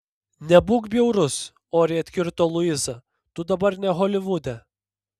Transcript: nebūk bjaurus oriai atkirto luiza tu dabar ne holivude